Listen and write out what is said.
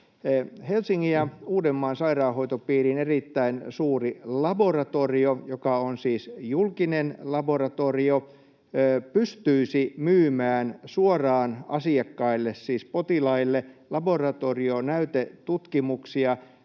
Helsingin ja Uudenmaan sairaanhoitopiirin erittäin suuri laboratorio, joka on siis julkinen laboratorio, pystyisi myymään suoraan asiakkaille, siis potilaille, laboratorionäytetutkimuksia